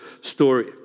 story